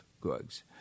goods